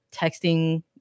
texting